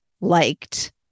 liked